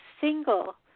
single